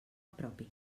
propi